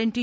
and T